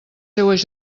seues